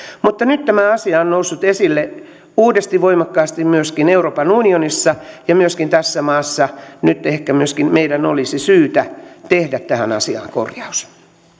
mutta nyt tämä asia on on noussut esille uudestaan voimakkaasti myöskin euroopan unionissa ja myöskin tässä maassa nyt ehkä myöskin meidän olisi syytä tehdä tähän asiaan korjaus